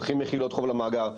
שולחים מחילות חוב למאגר.